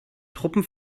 truppen